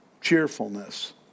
cheerfulness